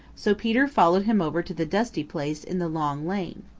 so peter followed him over to the dusty place in the long lane.